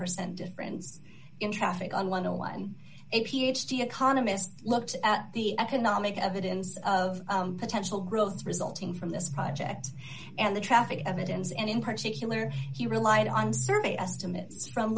percent difference in traffic on one o one a ph d economist looked at the economic evidence of potential growth resulting from this project and the traffic evidence and in particular he relied on survey estimates from